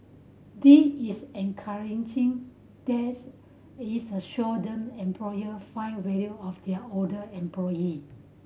this is encouraging that's it's a show them employer find value of their older employee